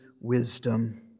wisdom